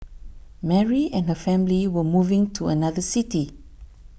Mary and her family were moving to another city